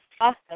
Awesome